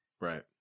right